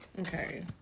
Okay